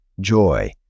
joy